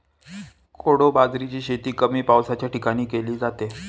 कोडो बाजरीची शेती कमी पावसाच्या ठिकाणी केली जाते